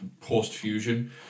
post-Fusion